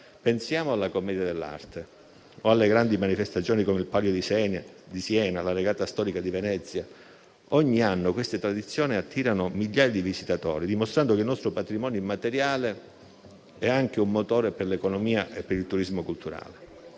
Pensiamo alla commedia dell'arte o alle grandi manifestazioni come il Palio di Siena o la Regata storica di Venezia: ogni anno queste tradizioni attirano migliaia di visitatori, dimostrando che il nostro patrimonio immateriale è anche un motore per l'economia e per il turismo culturale.